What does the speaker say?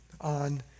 on